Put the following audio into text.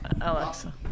Alexa